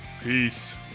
peace